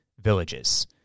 villages